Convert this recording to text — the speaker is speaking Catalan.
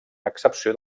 excepció